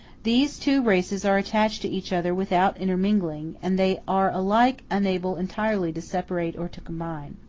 these two races are attached to each other without intermingling, and they are alike unable entirely to separate or to combine.